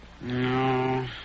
No